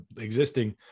existing